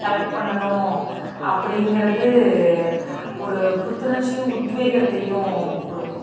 collect பண்ணனும் அப்படிங்கிறது ஒரு புத்துணர்ச்சி உத்வேகத்தையும் கொடுக்கும்